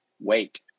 Wait